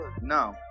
No